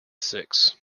six